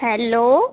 hello